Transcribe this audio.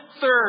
third